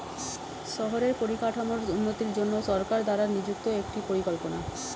শহরের পরিকাঠামোর উন্নতির জন্য সরকার দ্বারা নিযুক্ত একটি পরিকল্পনা